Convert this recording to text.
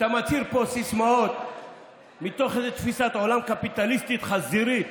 שאתה מצהיר פה סיסמאות מתוך איזושהי תפיסת עולם קפיטליסטית חזירית,